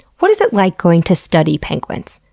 what is it like going to study penguins?